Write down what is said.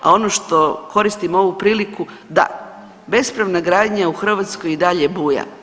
A ono što koristim ovu priliku, da bespravna gradnja u Hrvatskoj i dalje buja.